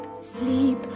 sleep